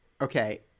okay